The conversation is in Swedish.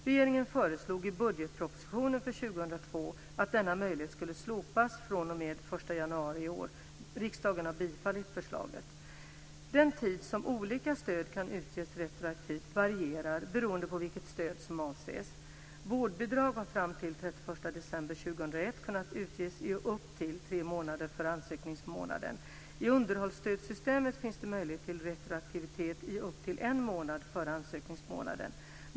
Regeringen föreslog i budgetpropositionen för 2002 att denna möjlighet skulle slopas fr.o.m. den 1 januari i år. Riksdagen har bifallit förslaget. Den tid som olika stöd kan utges retroaktivt varierar beroende på vilket stöd som avses. Vårdbidrag har fram till den 31 december 2001 kunnat utges i upp till tre månader före ansökningsmånaden. I underhållsstödssystemet finns det möjlighet till retroaktivitet i upp till en månad före ansökningsmånaden.